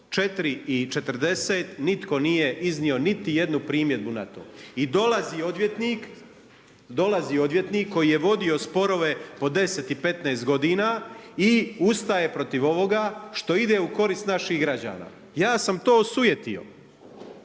do 4,40 nitko nije iznio niti jednu primjedbu na to. I dolazi odvjetnik, koji je vodio sporove po 10 i 15 godina i ustaje protiv ovoga što ide u korist naših građana. Ja sam to osujetio.